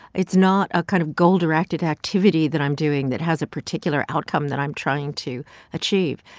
it's not a kind of goal-directed activity that i'm doing that has a particular outcome that i'm trying to achieve.